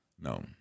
No